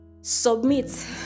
submit